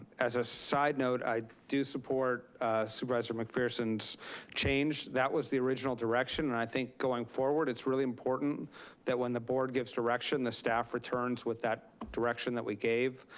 as a side note, i do support supervisor mcpherson's change. that was the original direction. and i think going forward, it's really important that when the board gives direction, the staff returns with that direction that we gave,